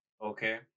Okay